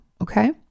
okay